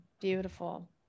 Beautiful